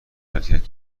حرکت